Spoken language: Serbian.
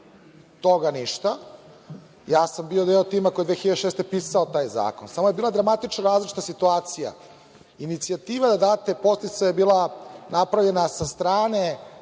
toga ništa. Bio sam deo tima koji je 2006. godine pisao taj zakon, samo je bila dramatično različita situacija. Inicijativa podsticaja je bila napravljena sa strane